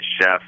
chef